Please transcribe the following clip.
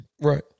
Right